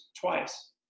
twice